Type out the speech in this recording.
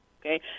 okay